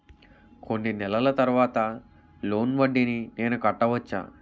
కొన్ని నెలల తర్వాత లోన్ వడ్డీని నేను కట్టవచ్చా?